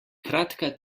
kratka